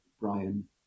Brian